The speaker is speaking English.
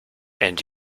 and